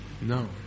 No